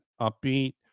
upbeat